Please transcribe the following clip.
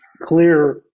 clear